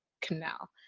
canal